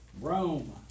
Rome